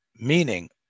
Meaning